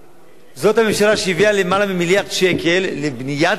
זאת הממשלה שהביאה יותר ממיליארד שקל לבניית גדר,